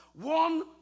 one